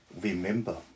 remember